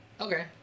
Okay